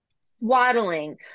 swaddling